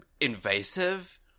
Invasive